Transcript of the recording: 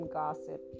gossip